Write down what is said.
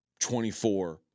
24